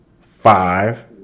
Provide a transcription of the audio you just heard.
five